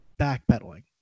backpedaling